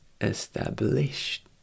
established